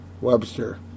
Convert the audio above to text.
Webster